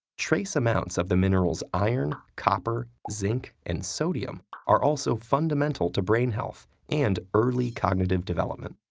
trace amounts of the minerals iron, copper, zinc and sodium are also fundamental to brain health and early cognitive development.